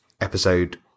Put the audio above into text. episode